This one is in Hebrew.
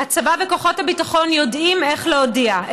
הצבא וכוחות הביטחון יודעים איך להודיע.